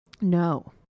No